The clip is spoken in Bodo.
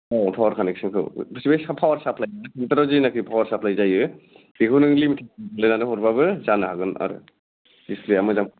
औ पावार कानेकसनखौ बे पावार साप्लाइना कम्पिटाराव जेनाखि पावार साप्लाइ जायो बेखौ नोङो लिमिटेसन होनानै हरबाबो जानो हागोन आरो डिसप्लेया मोजांबा